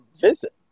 visit